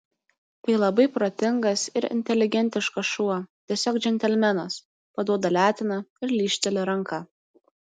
tai labai protingas ir inteligentiškas šuo tiesiog džentelmenas paduoda leteną ir lyžteli ranką